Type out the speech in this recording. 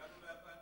כבר הגענו ל-2019.